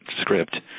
script